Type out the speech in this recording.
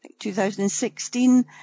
2016